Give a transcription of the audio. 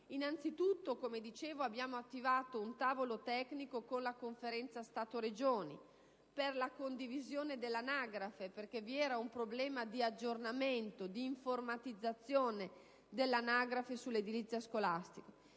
come dicevo, abbiamo attivato un tavolo tecnico con la Conferenza Stato-Regioni per la condivisione dell'anagrafe, perché vi era un problema di aggiornamento e di informatizzazione dell'anagrafe sull'edilizia scolastica